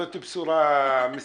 זאת בשורה משמחת.